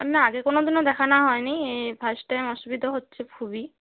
না আগে কোনোদিনও দেখানো হয় নি এই ফার্স্ট টাইম অসুবিধা হচ্ছে খুবই